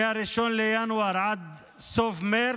מ-1 בינואר עד סוף מרץ,